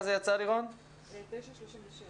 בשעה 09:36